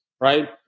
right